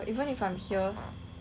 then err